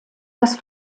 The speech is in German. das